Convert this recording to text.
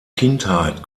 kindheit